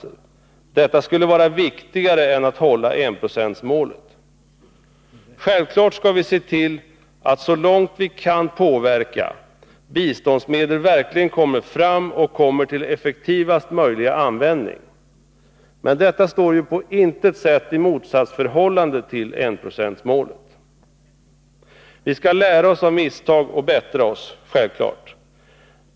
De som anför det argumentet menar att detta skulle vara viktigare än att hålla enprocentsmålet. Självfallet skall vi — så långt vi kan påverka — se till att biståndsmedlen verkligen kommer fram och kommer till effektivast möjliga användning. Men detta står på intet sätt i motsatsförhållande till enprocentsmålet. Vi skall lära oss av misstag och bättra oss, det är självklart.